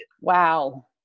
Wow